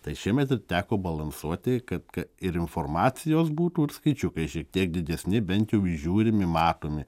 tai šiemet teko balansuoti kad kad ir informacijos būtų ir skaičiukai šiek tiek didesni bent jau įžiūrimi matomi